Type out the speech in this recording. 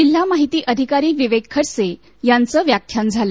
जिल्हा माहिती अधिकारी विवेक खडसे यांचं यावेळी व्याख्यान झालं